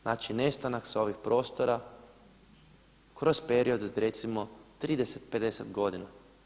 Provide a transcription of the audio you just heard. Znači nestanak sa ovih prostora kroz period od recimo 30, 50 godina.